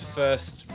first